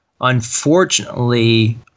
unfortunately